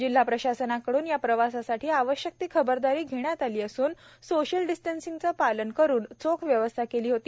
जिल्हा प्रशासनाकडून या प्रवासासाठी आवश्यक ती खबरदारी घेण्यात आली असून सोशल डिस्टन्सिंगचे पालन करून चोख व्यवस्था केली होती